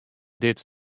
dit